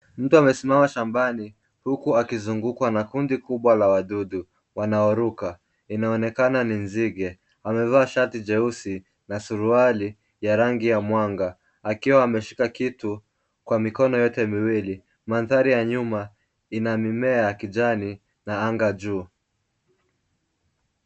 Mtu amesimama shambani, huku akizungukwa na kundi kubwa la wadudu. Wanaoruka, inaonekana ni nzige, amevaa shati jeusi na suruali ya rangi ya mwanga. Akiwa ameshika kitu, kwa mikono yote miwili, mandhari ya nyuma inamimea ya kijani na anga juu.